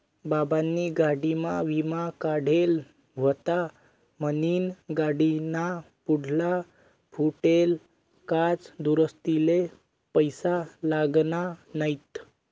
बाबानी गाडीना विमा काढेल व्हता म्हनीन गाडीना पुढला फुटेल काच दुरुस्तीले पैसा लागना नैत